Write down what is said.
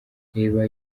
reba